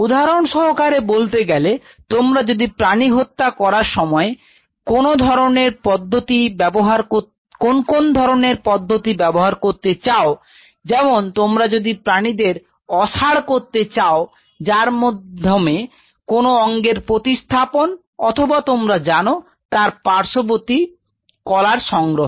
উদাহরণ সহকারে বলতে গেলে তোমরা যদি প্রাণী হত্যা করার সময় কোন কোন ধরনের পদ্ধতি ব্যবহার করতে চাও যেমন তোমরা যদি প্রাণীদের অসাড় করতে চাও যার মাধ্যমে কোন অঙ্গের প্রতিস্থাপন অথবা তোমরা জানো তার পার্শ্ববর্তী কলার সংগ্রহ